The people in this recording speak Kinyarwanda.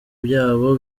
byabo